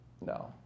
no